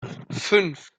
fünf